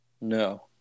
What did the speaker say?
No